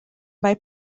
mae